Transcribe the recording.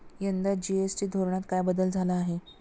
यंदा जी.एस.टी धोरणात काय बदल झाला आहे?